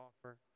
offer